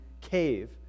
cave